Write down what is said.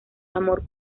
amor